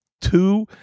two